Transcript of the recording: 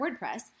WordPress